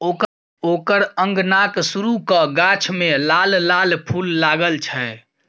ओकर अंगनाक सुरू क गाछ मे लाल लाल फूल लागल छै